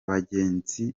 bagenzi